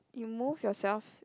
you move yourself